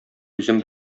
үзем